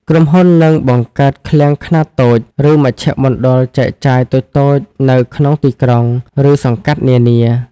ក្រុមហ៊ុននឹងបង្កើតឃ្លាំងខ្នាតតូច ឬមជ្ឈមណ្ឌលចែកចាយតូចៗនៅក្នុងទីក្រុង ឬសង្កាត់នានា ដើម្បីកាត់បន្ថយចម្ងាយដឹកជញ្ជូនចុងក្រោយ និងបង្កើនល្បឿននៃការបំពេញការបញ្ជាទិញ។